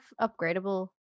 upgradable